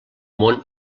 món